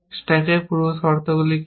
স্ট্যাকের পূর্ব শর্ত কি কি